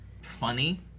Funny